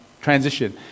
transition